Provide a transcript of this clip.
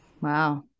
Wow